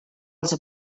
els